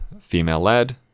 Female-led